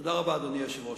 תודה רבה, אדוני היושב-ראש.